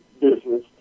business